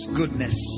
goodness